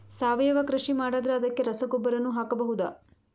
ಸಾವಯವ ಕೃಷಿ ಮಾಡದ್ರ ಅದಕ್ಕೆ ರಸಗೊಬ್ಬರನು ಹಾಕಬಹುದಾ?